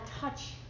touch